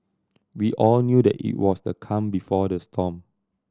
we all knew that it was the calm before the storm